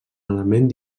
element